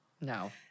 No